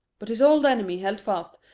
but his old enemy held fast,